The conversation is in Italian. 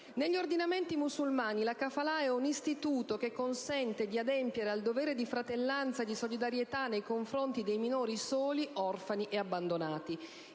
Negli ordinamenti musulmani la *kafala* è un istituto che consente di adempiere al dovere di fratellanza e di solidarietà nei confronti dei minori soli, orfani o abbandonati.